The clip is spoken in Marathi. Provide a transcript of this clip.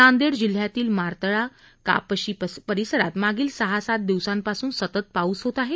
नांदेड जिल्ह्यातील मारतळा कापशी परिसरात मागील सहा सात दिवसापासून सतत पाऊस होत आहे